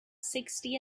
sixty